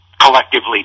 collectively